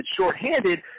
shorthanded